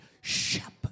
shepherd